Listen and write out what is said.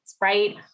right